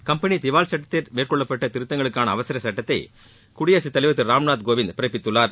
company திவால் சட்டத்தில் மேற்கொள்ளப்பட்ட திருத்தங்களுக்கான அவசர சட்டத்தை குடியரசுத்தலைவர் திரு ராம்நாத் கோவிந்த் பிறப்பித்துள்ளார்